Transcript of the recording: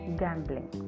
gambling